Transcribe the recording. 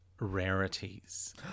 Rarities